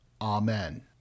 Amen